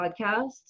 podcast